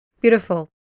Beautiful